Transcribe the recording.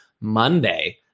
Monday